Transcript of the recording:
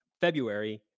february